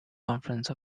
conference